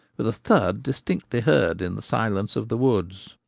with a thud distinctly heard in the silence of the woods.